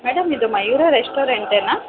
madam ಇದು ಮಯೂರ ರೆಸ್ಟೋರೆಂಟೆನಾ